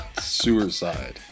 Suicide